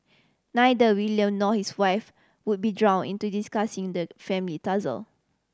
neither William nor his wife would be drawn into discussing the family tussle